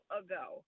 ago